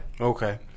Okay